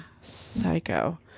psycho